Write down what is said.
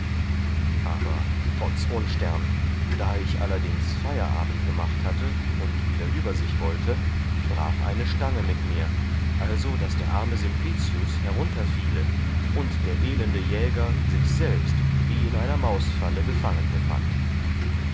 aber potz unstern da ich allerdings feirabend gemacht hatte und wieder über sich wollte brach eine stange mit mir also daß der arme simplicius herunterfiele und der elende jäger sich selbst wie in einer mausfalle gefangen befand